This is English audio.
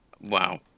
Wow